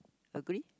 agree